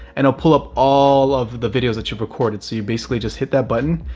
and it'll pull up all of the videos that you've recorded. so you basically just hit that button,